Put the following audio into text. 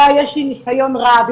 אבל יש לי ניסיון רב,